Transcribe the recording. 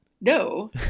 No